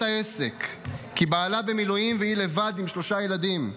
העסק כי בעלה במילואים והיא לבד עם שלושה ילדים.